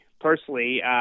personally